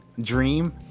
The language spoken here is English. Dream